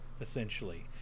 essentially